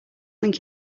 think